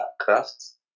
crafts